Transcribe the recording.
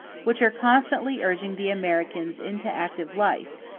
which are constantly urging the american into active life,